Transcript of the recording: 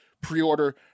Pre-order